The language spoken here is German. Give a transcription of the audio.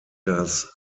das